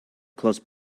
close